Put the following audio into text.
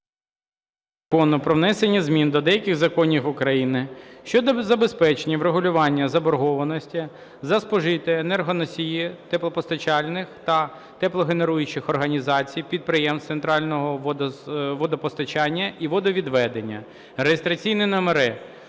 Закону про внесення змін до деяких законів України щодо забезпечення врегулювання заборгованості за спожиті енергоносії теплопостачальних та теплогенеруючих організацій, підприємств централізованого водопостачання і водовідведення (реєстраційні номери